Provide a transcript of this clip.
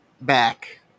back